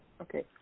Okay